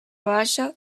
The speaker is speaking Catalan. baixa